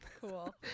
Cool